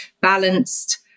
balanced